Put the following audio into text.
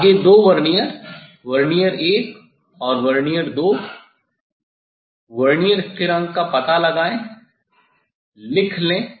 आगे दो vernier vernier 1 और वर्नियर 2 वर्नियर स्थिरांक का पता लगाएं लिख लें